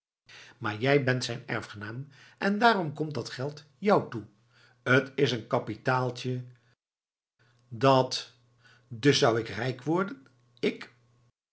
maar jij bent zijn erfgenaam en daarom komt dat geld jou toe t is een kapitaaltje dat dus zou ik rijk worden ik